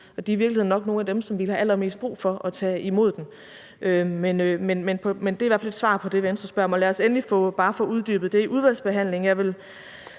nok nogle af dem, som ville have allermest brug for at tage imod den. Men det er i hvert fald et svar på det, Venstre spørger om, og lad os endelig bare få uddybet det i udvalgsbehandlingen.